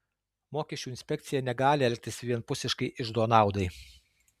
mokesčių inspekcija negali elgtis vienpusiškai iždo naudai